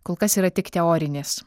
kol kas yra tik teorinės